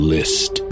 List